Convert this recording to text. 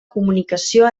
comunicació